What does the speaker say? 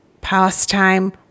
pastime